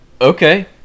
Okay